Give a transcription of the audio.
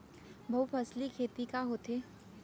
बहुफसली खेती का होथे?